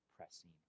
Pressing